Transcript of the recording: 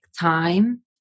time